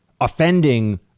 offending